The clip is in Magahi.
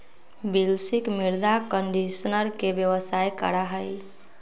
बिलकिश मृदा कंडीशनर के व्यवसाय करा हई